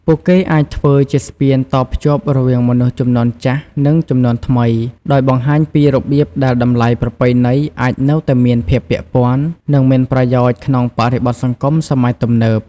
ពួកគេអាចធ្វើជាស្ពានតភ្ជាប់រវាងមនុស្សជំនាន់ចាស់ និងជំនាន់ថ្មី ដោយបង្ហាញពីរបៀបដែលតម្លៃប្រពៃណីអាចនៅតែមានភាពពាក់ព័ន្ធ និងមានប្រយោជន៍ក្នុងបរិបទសង្គមសម័យទំនើប។